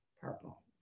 purple